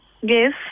Yes